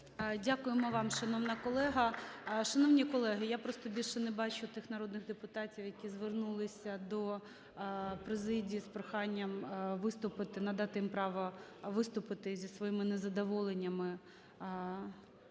Дякуємо вам, шановна колего. Шановні колеги, я просто більше не бачу тих народних депутатів, які звернулися до президії з проханням виступити, надати їм право виступити із своїми незадоволеннями